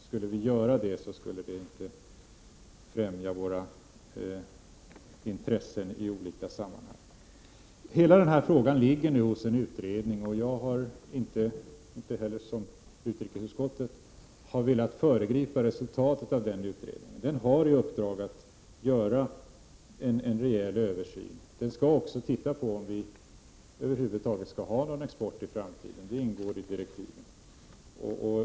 Skulle vi göra det skulle det inte främja våra intressen i olika sammanhang. Hela frågan ligger nu hos en utredning, och jag har som utrikesutskottet inte velat föregripa resultatet av den utredningen. Den har i uppdrag att göra en rejäl översyn. Den skall också ta ställning till om vi över huvud taget skall ha någon export i framtiden — det ingår i direktiven.